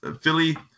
Philly